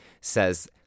says